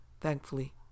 Thankfully